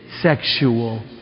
sexual